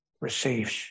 receives